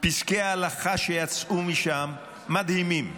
פסקי ההלכה שיצאו משם מדהימים.